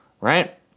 right